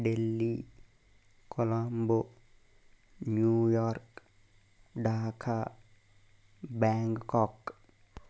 Delhi Colombo New York Dhaka Bangkok